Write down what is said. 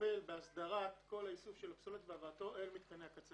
מטפל בהסדרת כל האיסוף של הפסולת והבאתו אל מתקני הקצה.